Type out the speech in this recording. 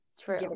True